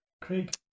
Craig